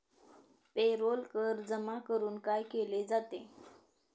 Payroll कर जमा करून काय केले जाते?